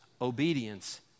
Obedience